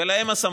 ולהם הסמכות,